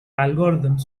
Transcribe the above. algorithms